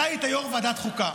אתה היית יושב-ראש ועדת חוקה,